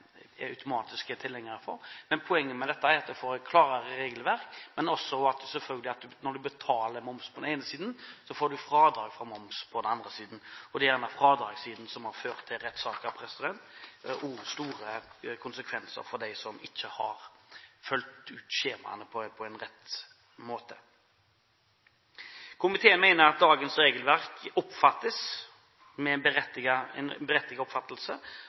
Fremskrittspartiet automatisk er tilhenger av, men poenget med dette er at man får et klarere regelverk og selvfølgelig også at når du betaler moms på den ene siden, får du fradrag for moms på den andre siden. Det er gjerne fradragssiden som har ført til rettssaker og store konsekvenser for dem som ikke har fylt ut skjemaene på riktig måte. Komiteen mener at dagens regelverk berettiget oppfattes som uoversiktlig, unødvendig komplisert og med